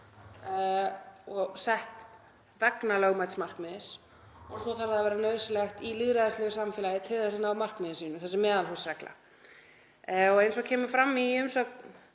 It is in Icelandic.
og sett vegna lögmæts markmiðs. Og svo þarf það að vera nauðsynlegt í lýðræðislegu samfélagi til að ná markmiði sínu, þ.e. þessi meðalhófsregla. Eins og kemur fram í umsögn